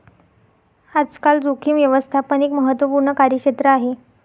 आजकाल जोखीम व्यवस्थापन एक महत्त्वपूर्ण कार्यक्षेत्र आहे